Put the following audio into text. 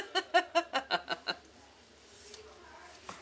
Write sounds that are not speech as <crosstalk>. <laughs>